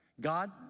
God